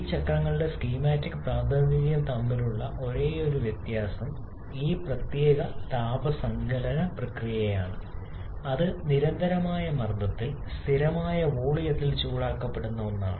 ഈ ചക്രങ്ങളുടെ സ്കീമാറ്റിക് പ്രാതിനിധ്യം തമ്മിലുള്ള ഒരേയൊരു വ്യത്യാസം ആ പ്രത്യേക താപ സങ്കലന പ്രക്രിയയാണ് അത് നിരന്തരമായ മർദ്ദത്തിൽ സ്ഥിരമായ വോളിയത്തിൽ ചൂടാക്കപ്പെടുന്ന ഒന്നാണ്